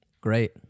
Great